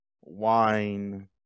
wine